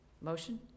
motion